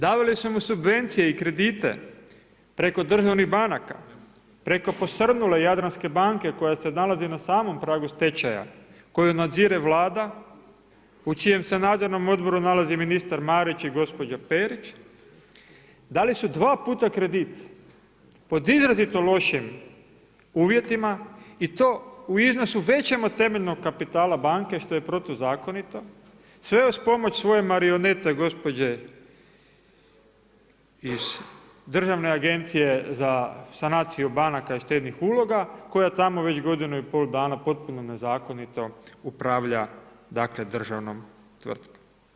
Davali su mu subvencije i kredite preko državnih banaka, preko posrnule Jadranske banke koja se nalazi na samom pragu stečaju koju nadzire Vlada u čijem se nadzornom odboru nalazi ministar Marić i gospođa Perić, dali su 2 puta kredit pod izrazito lošim uvjetima i to u iznosu većem od temeljnog kapitala banka, što je protuzakonito, sve uz pomoć svoje marionete gospođe iz Državne agencije za sanaciju banaka i štednih uloga koja tamo već godinu i pol dana potpuno nezakonito upravlja državnom tvrtkom.